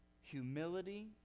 humility